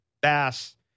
Bass